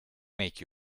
make